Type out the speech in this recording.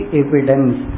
evidence